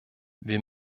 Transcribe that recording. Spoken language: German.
wir